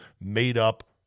made-up